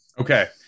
Okay